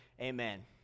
Amen